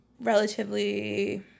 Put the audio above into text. relatively